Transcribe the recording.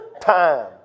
Time